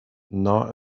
nor